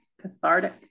cathartic